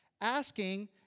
asking